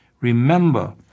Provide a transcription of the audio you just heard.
Remember